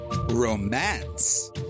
Romance